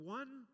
one